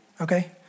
Okay